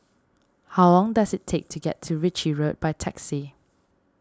how long does it take to get to Ritchie Road by taxi